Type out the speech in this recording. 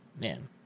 man